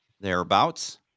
thereabouts